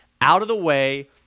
out-of-the-way